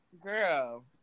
girl